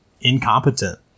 incompetent